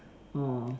orh